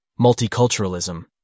multiculturalism